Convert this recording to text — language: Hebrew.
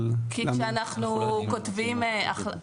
אבל --- כי כשאנחנו כותבים החלטות,